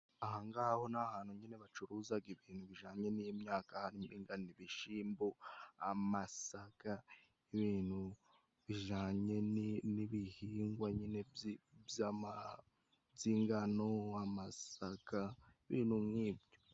Aha ho ni ahantu nyine bacuruza ibintu bijyanye n'imyaka, ingano, ibishyimbo, amasaka, ibintu bijyanye n'ibihingwa nyine by'ingano, amasaka, ibintu nk'ibyo.